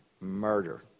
murder